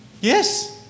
Yes